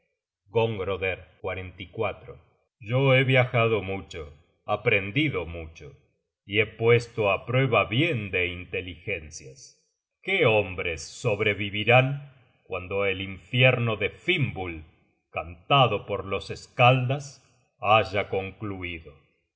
hela gongroder yo he viajado mucho aprendido mucho y he puesto á prueba bien de inteligencias qué hombres sobrevivirán cuando el invierno de fimbul cantado por los skaldas haya concluido